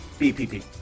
BPP